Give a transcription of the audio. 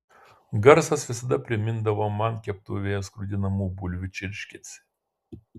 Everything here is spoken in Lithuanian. garsas visada primindavo man keptuvėje skrudinamų bulvių čirškesį